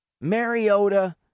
Mariota